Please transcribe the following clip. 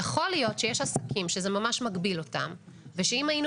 יכול להיות שיש עסקים שזה ממש מגביל אותם ושאם היינו